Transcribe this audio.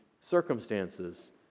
circumstances